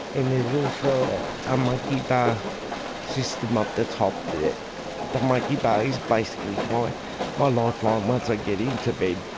and there's also a monkey bar system up the top. the the monkey bar is basically my my lifeline once i get into bed.